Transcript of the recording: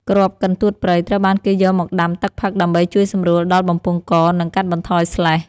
គ្រាប់កន្តួតព្រៃត្រូវបានគេយកមកដាំទឹកផឹកដើម្បីជួយសម្រួលដល់បំពង់ក និងកាត់បន្ថយស្លេស។